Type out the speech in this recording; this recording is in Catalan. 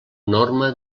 norma